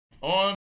on